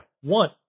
One